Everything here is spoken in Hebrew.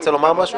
רוצה לומר משהו?